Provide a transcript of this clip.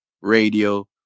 Radio